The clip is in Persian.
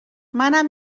منم